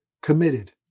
committed